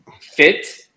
fit